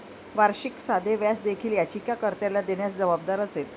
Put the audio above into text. वार्षिक साधे व्याज देखील याचिका कर्त्याला देण्यास जबाबदार असेल